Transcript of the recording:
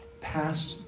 past